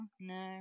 no